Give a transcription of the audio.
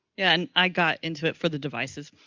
and i got into it for the devices.